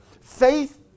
Faith